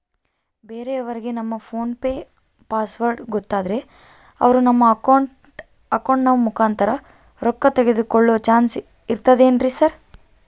ಬೇರೆಯವರಿಗೆ ನಮ್ಮ PhonePe password ಗೊತ್ತಾದ್ರೆ ಅವರು ನಮ್ಮ ಅಕೌಂಟ್ ಮುಖಾಂತರ ರೊಕ್ಕ ತಕ್ಕೊಳ್ಳೋ ಚಾನ್ಸ್ ಇರ್ತದೆನ್ರಿ ಸರ್?